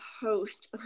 host